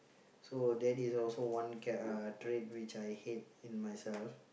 so that is also one cha~ uh trait which I hate in myself